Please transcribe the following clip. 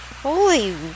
holy